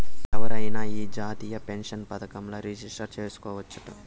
ఎవరైనా ఈ జాతీయ పెన్సన్ పదకంల రిజిస్టర్ చేసుకోవచ్చట